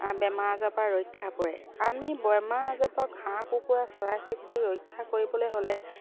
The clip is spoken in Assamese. বেমাৰ আজাৰ পৰা ৰক্ষা পৰে আমি বেমাৰ আজাৰ পৰা হাঁহ কুকুৰা চৰাই চিৰিকটিক ৰক্ষা কৰিবলে হ'লে